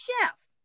chef